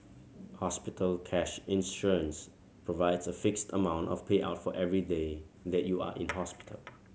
hospital cash insurance provides a fixed amount of payout for every day that you are in hospital